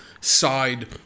side